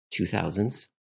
2000s